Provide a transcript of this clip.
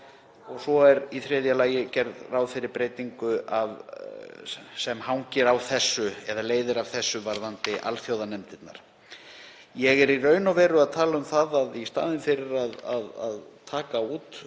Og svo er í þriðja lagi gert ráð fyrir breytingu sem leiðir af þessu varðandi alþjóðanefndirnar. Ég er í raun og veru að tala um það að í staðinn fyrir að taka út